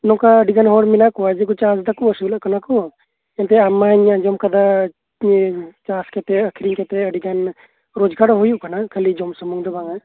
ᱪᱟᱥ ᱠᱟᱛᱮ ᱠᱚ ᱟᱹᱥᱩᱞᱚᱜ ᱠᱟᱱᱟ ᱢᱮᱱᱠᱷᱟᱱ ᱟᱢ ᱢᱟᱹᱧ ᱟᱸᱡᱚᱢ ᱟᱠᱟᱫᱟ ᱟᱹᱰᱤᱜᱟᱱ ᱨᱳᱡᱜᱟᱨ ᱦᱚᱸ ᱦᱩᱭᱩᱜ ᱠᱟᱱᱟ ᱠᱷᱟᱹᱞᱤ ᱡᱚᱢ ᱥᱩᱢᱩᱝ ᱦᱚᱸ ᱵᱟᱝ ᱢᱮᱱᱠᱷᱟᱱ